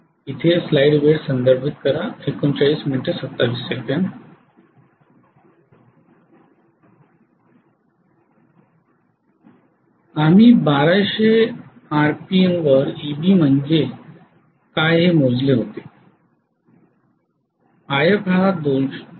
आम्ही 1200 आरपीएम वर Eb म्हणजे काय हे मोजले होते If 2